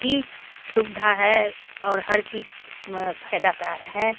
की सुविधा है और हर चीज़ फ़ायदेमंद है